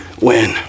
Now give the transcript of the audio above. win